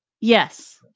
Yes